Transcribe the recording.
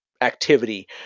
activity